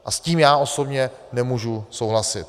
S tím já osobně nemůžu souhlasit.